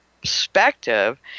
perspective